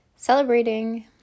Celebrating